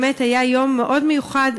היה יום מאוד מיוחד.